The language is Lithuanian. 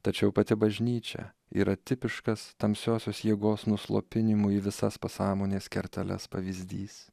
tačiau pati bažnyčia yra tipiškas tamsiosios jėgos nuslopinimų į visas pasąmonės kerteles pavyzdys